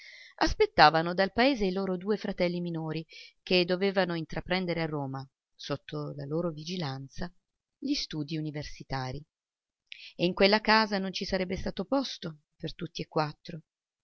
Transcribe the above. aspettavano dal paese i loro due fratelli minori che dovevano intraprendere a roma sotto la loro vigilanza gli studii universitarii e in quella casa non ci sarebbe stato posto per tutti e quattro